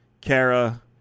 Kara